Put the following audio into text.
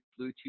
Bluetooth